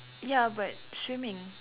ya but swimming